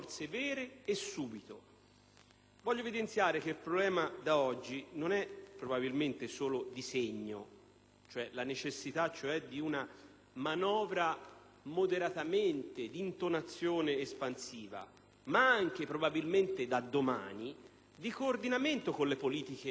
Voglio evidenziare che il problema da oggi non è probabilmente solo di segno, cioè vi è la necessità non solo di una manovra moderatamente di intonazione espansiva, ma anche, probabilmente da domani, di un coordinamento con le politiche economiche comunitarie.